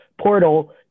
portal